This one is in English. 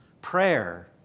Prayer